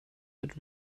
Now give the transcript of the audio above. but